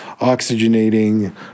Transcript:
oxygenating